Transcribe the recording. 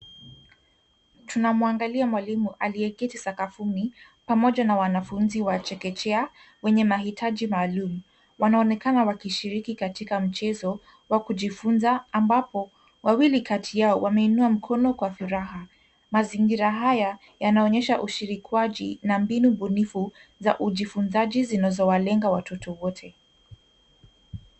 Tunamwangalia mwalimu aliyeketi sakafuni pamoja na wanafunzi wa chekechea wenye mahitaji maalumu. Wanaonekana wakishiriki katika mchezo wa kujifunza ambapo wawili kati yao wameinua mkono kwa furaha. Mazingira haya yanaonyesha ushirikiaji na mbinu ubunifu za ujifunzaji zinazowalenga watoto wote.